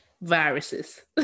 Viruses